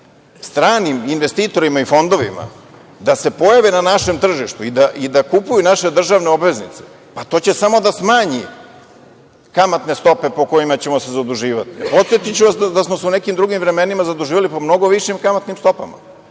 stranim investitorima i fondovima da se pojave na našem tržištu i da kupuju naše državne obveznice, pa to će samo da smanji kamatne stope po kojima ćemo se zaduživati. Podsetiću vas da smo se u nekim drugim vremenima zaduživali po mnogo višim kamatnim stopama.